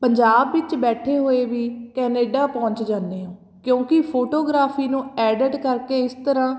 ਪੰਜਾਬ ਵਿੱਚ ਬੈਠੇ ਹੋਏ ਵੀ ਕੈਨੇਡਾ ਪਹੁੰਚ ਜਾਂਦੇ ਹੋ ਕਿਉਂਕਿ ਫੋਟੋਗ੍ਰਾਫੀ ਨੂੰ ਐਡਿਟ ਕਰਕੇ ਇਸ ਤਰ੍ਹਾਂ